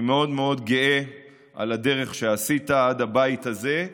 אני מאוד מאוד גאה על הדרך שעשית עד הבית הזה,